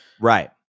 right